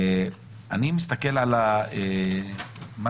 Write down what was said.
אני מסתכל על מה